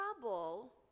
trouble